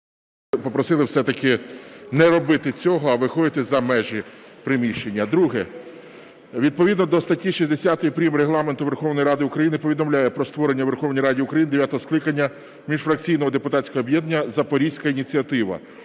попросили все-таки не робити цього, а виходити за межі приміщення. Друге. Відповідно до статті 60 прим. Регламенту Верховної Ради України повідомляю про створення у Верховній Раді України дев'ятого скликання міжфракційного депутатського об'єднання "Запорізька ініціатива".